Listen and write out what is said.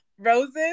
Roses